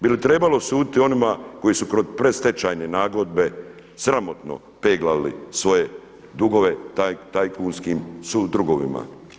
Bi li trebalo suditi onima koji su kroz predstečajne nagodbe sramotno peglali svoje dugove tajkunskim sudrugovima?